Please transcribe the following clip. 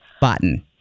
button